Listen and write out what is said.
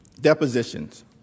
depositions